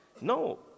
No